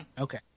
Okay